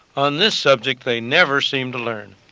on this subject they never seem to learn.